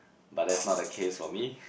but that's not the case for me